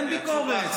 אין ביקורת.